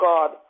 God